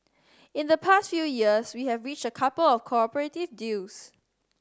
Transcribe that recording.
in the past few years we have reached a couple of cooperative deals